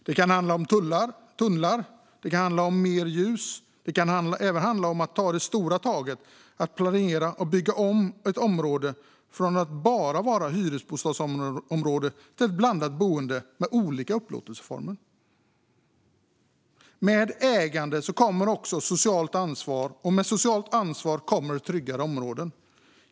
Det kan handla om tunnlar, det kan handla om mer ljus och det kan även handla om att ta det stora taget och planera och bygga om ett område från att bara vara ett hyresbostadsområde till att bli ett blandat boende med olika upplåtelseformer. Med ägande kommer också socialt ansvar. Och med socialt ansvar kommer tryggare områden.